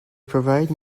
provide